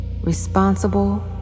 responsible